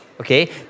okay